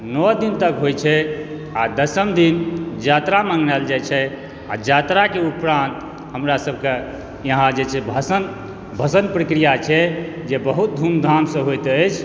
नओ दिन तक होइ छै आ दसम दिन जातरा मंगल जाइ छै आ जातरा के उपरांत हमरा सबके यहाँ जे छै भसान दसम प्रक्रिया छै जे बहुत धूम धाम सॅं होइत अछि